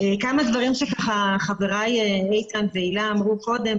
כמה דברים שחבריי איתן והילה אמרו קודם,